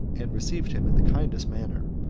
and received him in the kindest manner,